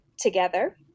together